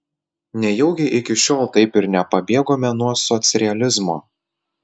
nejaugi iki šiol taip ir nepabėgome nuo socrealizmo